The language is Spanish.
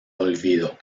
olvido